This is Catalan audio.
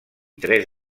tres